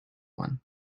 one